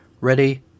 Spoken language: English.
ready